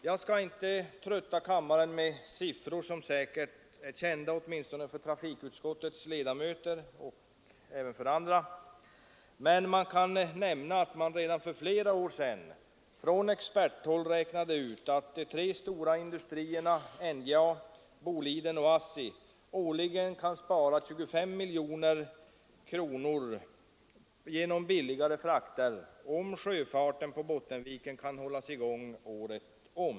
Jag skall inte trötta kammaren med siffror, som säkerligen är kända åtminstone för trafikutskottets ledamöter och även för andra, men jag kan nämna att man redan för flera år sedan från experthåll räknade ut att de stora industrierna NJA, Boliden och ASSI årligen skulle spara 25 miljoner kronor genom billigare frakter om sjöfarten på Bottenviken kunde hållas i gång året om.